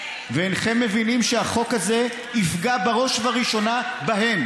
אינכם מבינים שהחוק הזה יפגע בראש ובראשונה בהם